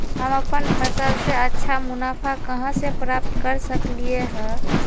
हम अपन फसल से अच्छा मुनाफा कहाँ से प्राप्त कर सकलियै ह?